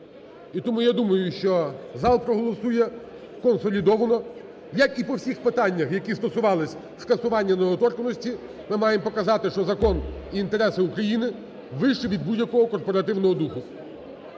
І тому я думаю, що зал проголосує консолідовано, як і по всіх питаннях, які стосувалися скасування недоторканності, ми маємо показати, що закон і інтереси України вище від будь-якого корпоративного духу.